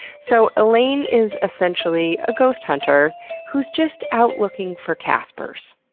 so elaine is essentially a ghost hunter who's just out looking for caspers.